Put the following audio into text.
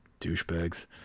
Douchebags